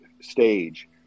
stage